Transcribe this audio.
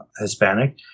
Hispanic